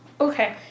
Okay